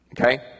okay